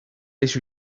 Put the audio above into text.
beş